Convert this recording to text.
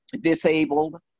disabled